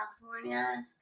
California